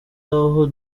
aho